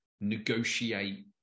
negotiate